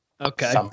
okay